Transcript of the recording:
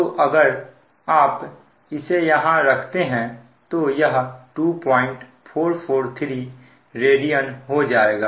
तो अगर आप इसे यहां रखते हैं तो यह 2443 रेडियन हो जाएगा